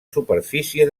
superfície